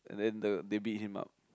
and then the they beat him up